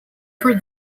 for